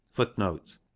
footnote